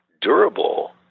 durable